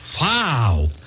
Wow